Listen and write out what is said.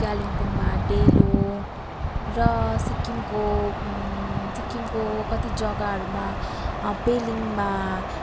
कालिम्पोङमा डेलो र सिक्किमको सिक्किमको कति जग्गाहरूमा पेलिङमा